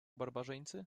barbarzyńcy